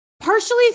partially